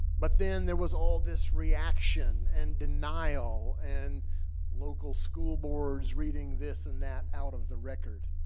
but then there was all this reaction, and denial, and local school boards reading this and that out of the record.